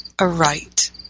aright